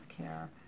healthcare